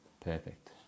perfect